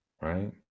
Right